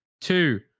two